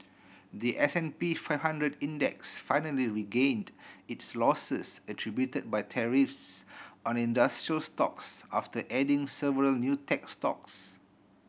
the S and P five hundred Index finally regained its losses attributed by tariffs on industrial stocks after adding several new tech stocks